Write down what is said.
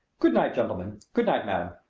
good night, gentlemen! good night,